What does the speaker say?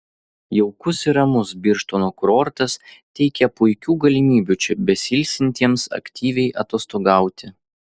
jaukus ir ramus birštono kurortas teikia puikių galimybių čia besiilsintiems aktyviai atostogauti